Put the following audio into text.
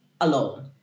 alone